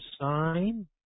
sign